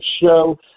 show